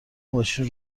ماشین